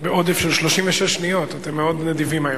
בעודף של 36 שניות, אתם מאוד נדיבים היום.